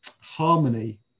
harmony